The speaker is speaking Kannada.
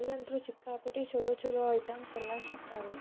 ಅಲ್ಲಂತೂ ಸಿಕ್ಕಾಪಟ್ಟೆ ಚಲೋ ಚಲೋ ಐಟಮ್ಸ್ ಎಲ್ಲ ಸಿಗ್ತಾವೆ